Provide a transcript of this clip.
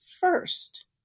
first